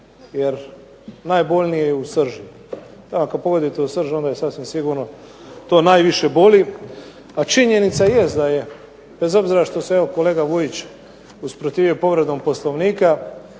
jer najbolnije je u srži. Ako pogodite u srž, onda je sasvim sigurno to najviše boli. A činjenica jest da je bez obzira što se evo kolega Vujić usprotivio povredom Poslovnika,